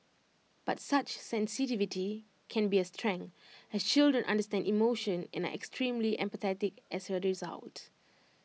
but such sensitivity can be A strength as children understand emotion and are extremely empathetic as A result